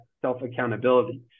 self-accountability